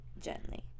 gently